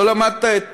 לא למדת את